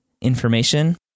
information